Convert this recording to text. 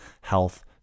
health